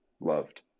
loved